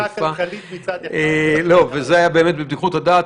צמיחה כלכלית מצד אחד --- זה היה באמת בבדיחות הדעת.